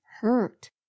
hurt